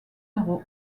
euro